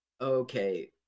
Okay